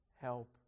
help